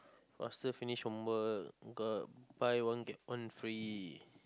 faster finish homework got buy one get one free